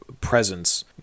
presence